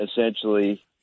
essentially